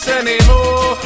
anymore